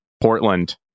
Portland